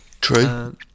True